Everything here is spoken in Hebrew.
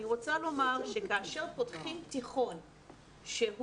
אני רוצה לומר שכאשר פותחים תיכון שהוא